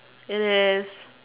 it is